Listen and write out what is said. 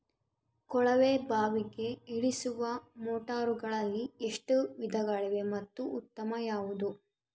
ಕೊಳವೆ ಬಾವಿಗೆ ಇಳಿಸುವ ಮೋಟಾರುಗಳಲ್ಲಿ ಎಷ್ಟು ವಿಧಗಳಿವೆ ಮತ್ತು ಉತ್ತಮ ಯಾವುದು?